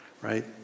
Right